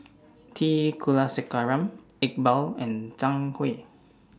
T Kulasekaram Iqbal and Zhang Hui